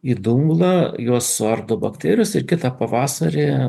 į dumblą juos suardo bakterijos ir kitą pavasarį